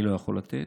אני לא יכול לתת.